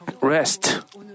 rest